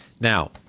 Now